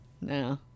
no